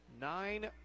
nine